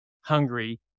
hungry